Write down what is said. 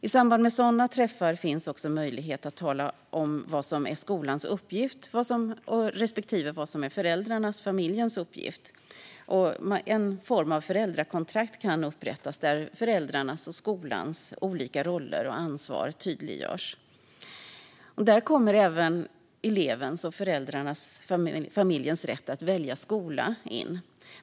I samband med sådana träffar finns också möjlighet att tala om vad som är skolans uppgift respektive föräldrarnas och familjens uppgift, och en form av föräldrakontrakt kan upprättas där föräldrarnas och skolans olika roller och ansvar tydliggörs. Där kommer elevens och familjens rätt att välja skola in.